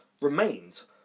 remains